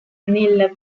nel